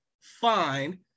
fine